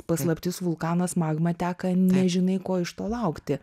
paslaptis vulkanas magma teka nežinai ko iš to laukti